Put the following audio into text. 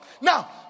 Now